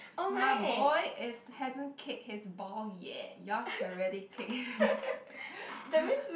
my boy is hasn't kicked his ball yet yours has already kick